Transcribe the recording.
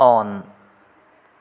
on